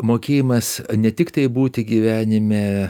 mokėjimas ne tiktai būti gyvenime